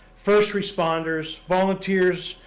first responders, volunteers,